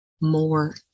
more